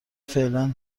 فعلا